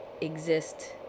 exist